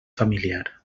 familiar